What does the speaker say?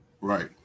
Right